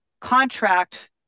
contract